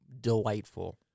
delightful